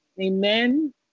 Amen